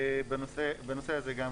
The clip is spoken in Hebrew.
גם בנושא הזה.